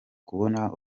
kubona